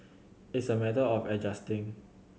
it's a matter of adjusting